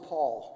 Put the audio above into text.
Paul